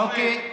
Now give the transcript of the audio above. אוקיי.